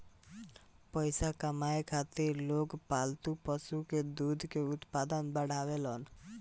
पइसा कमाए खातिर लोग पालतू पशु के दूध के उत्पादन बढ़ावेलन